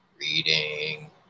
reading